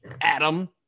Adam